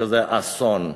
וזה אסון.